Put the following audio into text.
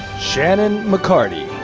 shannon mccarthy.